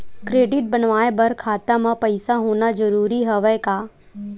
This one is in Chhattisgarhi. क्रेडिट बनवाय बर खाता म पईसा होना जरूरी हवय का?